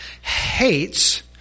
hates